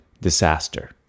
disaster